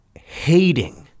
hating